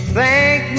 thank